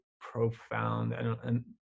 profound